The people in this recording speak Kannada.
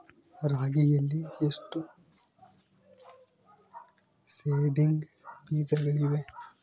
ರಾಗಿಯಲ್ಲಿ ಎಷ್ಟು ಸೇಡಿಂಗ್ ಬೇಜಗಳಿವೆ?